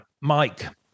Mike